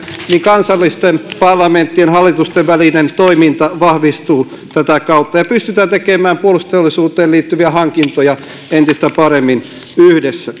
kansallisten parlamenttien ja hallitusten välinen toiminta vahvistuu ja tätä kautta pystytään tekemään puolustusteollisuuteen liittyviä hankintoja entistä paremmin yhdessä